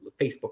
Facebook